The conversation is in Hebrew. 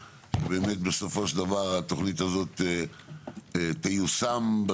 מתוך מטרה שהתוכנית הזאת תיושם בסופו של